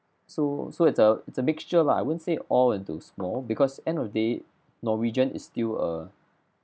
so so it's a it's a mixture lah I wouldn't say all into small because end of the day norwegian is still a